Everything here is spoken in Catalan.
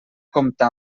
comptar